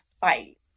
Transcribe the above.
fight